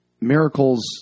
Miracles